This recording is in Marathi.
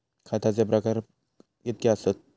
खताचे कितके प्रकार असतत?